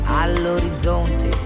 all'orizzonte